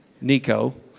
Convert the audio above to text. Nico